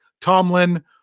Tomlin